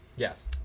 Yes